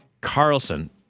Carlson